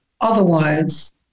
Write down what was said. otherwise